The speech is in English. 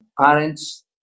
parents